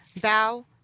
thou